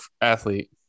athlete